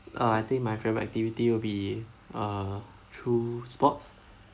I think my favourite activity will be uh through sports